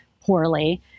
poorly